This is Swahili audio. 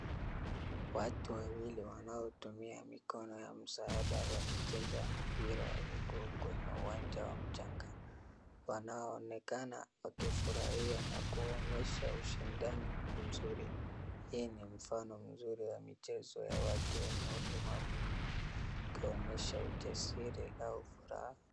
Watu wawili wanaotumia mikono ya msaada wakicheza mpira wa miguu kwenye uwanja wa mchanga. Wanaonekana wakifurahia na kuonyesha ushindani mzuri. Hii ni mfano mzuri wa michezo ya watu wenye ulemavu ikionyesha ujasiri au furaha.